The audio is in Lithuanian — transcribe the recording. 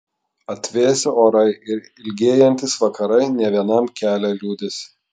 atvėsę orai ir ilgėjantys vakarai ne vienam kelia liūdesį